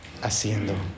haciendo